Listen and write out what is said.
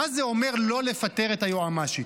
מה זה אומר לא לפטר את היועמ"שית.